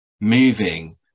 moving